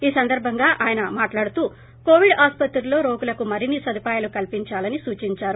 ఈ సందర్బంగా ఆయన మాట్లాడుతూ కోవిడ్ ఆసుపత్రల్లో రోగులకు మరిన్ని సదుపాయాలు కల్సిందాలని సూచించారు